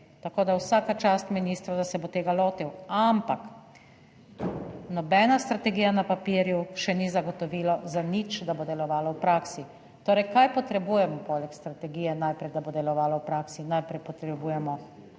tako vsa čast ministru, da se bo tega lotil. Ampak nobena strategija na papirju še ni zagotovilo za nič, da bo delovalo v praksi. Tore, kaj potrebujemo poleg strategije najprej, da bo delovalo v praksi - najprej potrebujemo